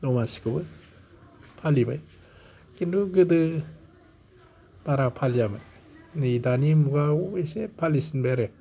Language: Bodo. दमासिखौबो फालिबाय खिन्थु गोदो बारा फालियामोन नै दानि मुगायाव एसे फालिसिनबाय आरो